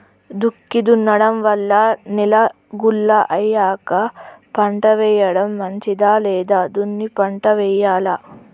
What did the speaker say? దుక్కి దున్నడం వల్ల నేల గుల్ల అయ్యాక పంట వేయడం మంచిదా లేదా దున్ని పంట వెయ్యాలా?